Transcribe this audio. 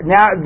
Now